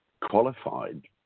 qualified